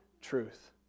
truth